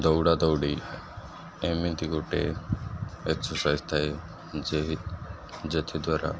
ଦୌଡ଼ା ଦୌଡ଼ି ଏମିତି ଗୋଟେ ଏକ୍ସର୍ସାଇଜ୍ ଥାଏ ଯେ ଯେଥିଦ୍ୱାରା